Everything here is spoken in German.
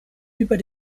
über